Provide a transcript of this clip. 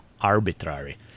arbitrary